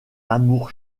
amour